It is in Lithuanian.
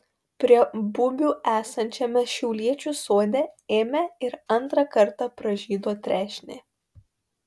prie bubių esančiame šiauliečių sode ėmė ir antrą kartą pražydo trešnė